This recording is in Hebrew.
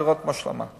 לראות מה שלומה.